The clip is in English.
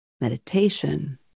meditation